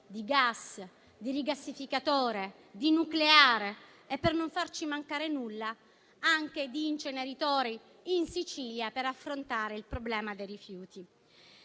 di gas, di rigassificatore, di nucleare e, per non farci mancare nulla, anche di inceneritori in Sicilia per affrontare il problema dei rifiuti.